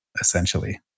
essentially